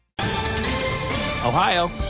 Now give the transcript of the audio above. Ohio